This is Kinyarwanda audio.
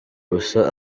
ubusa